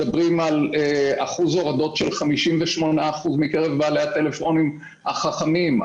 אחוז ההורדות הוא 58% מקרב בעלי הטלפונים החכמים,